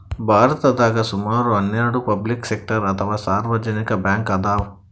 ಭಾರತದಾಗ್ ಸುಮಾರ್ ಹನ್ನೆರಡ್ ಪಬ್ಲಿಕ್ ಸೆಕ್ಟರ್ ಅಥವಾ ಸಾರ್ವಜನಿಕ್ ಬ್ಯಾಂಕ್ ಅದಾವ್